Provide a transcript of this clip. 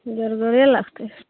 जेरगरे लागतै